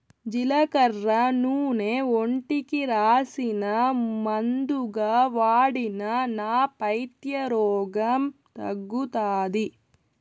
జీలకర్ర నూనె ఒంటికి రాసినా, మందుగా వాడినా నా పైత్య రోగం తగ్గుతాది